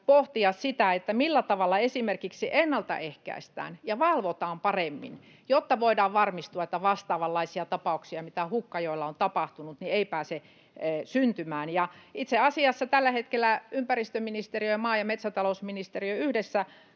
pohtia sitä, millä tavalla esimerkiksi ennaltaehkäistään ja valvotaan paremmin, jotta voidaan varmistua, että vastaavanlaisia tapauksia kuin Hukkajoella on tapahtunut ei pääse syntymään. Itse asiassa tällä hetkellä ympäristöministeriö ja maa- ja metsätalousministeriö yhdessä